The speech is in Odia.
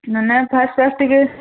ନା ନା ଫାଷ୍ଟ ଫାଷ୍ଟ ଟିକେ